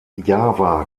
java